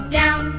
down